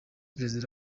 perezida